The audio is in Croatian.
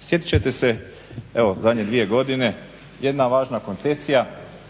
Sjetit ćete se evo zadnje dvije godine jedna važna koncesija